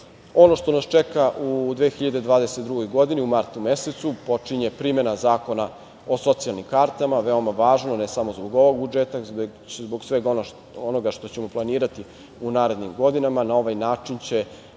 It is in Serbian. što nas čeka u 2022. godini u martu mesecu, počinje primena Zakona o socijalnim kartama, veoma važno, ne samo zbog ovog budžeta, već zbog svega onoga što ćemo planirati u narednim godinama. Na ovaj način će